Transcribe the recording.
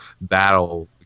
battle